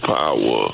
power